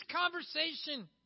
conversation